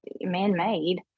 man-made